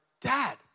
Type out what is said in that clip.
Dad